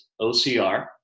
OCR